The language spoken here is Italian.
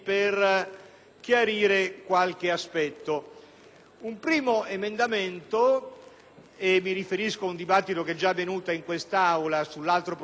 Un primo emendamento - mi riferisco a un dibattito che è già avvenuto in quest'Aula sull'altro provvedimento, in qualche modo omologo e contiguo,